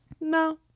No